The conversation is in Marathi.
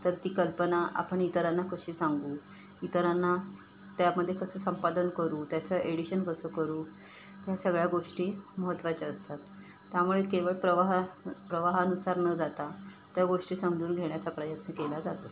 तर ती कल्पना आपण इतरांना कशी सांगू इतरांना त्यामध्ये कसं संपादन करू त्याचं एडिशन कसं करू ह्या सगळ्या गोष्टी महत्त्वाच्या असतात त्यामुळे केवळ प्रवाह प्रवाहानुसार न जाता त्या गोष्टी समजून घेण्याचा प्रयत्न केला जातो